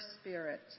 spirit